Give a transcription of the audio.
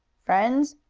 friends,